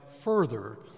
further